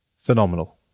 phenomenal